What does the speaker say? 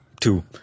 Two